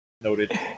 Noted